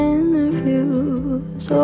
interviews